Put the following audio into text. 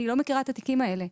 אני לא מכירה את התיקים האלה.